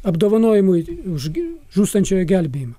apdovanojimui už gi žūstančiojo gelbėjimą